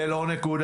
זה לא נקודתי,